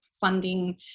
funding